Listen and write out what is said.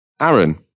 Aaron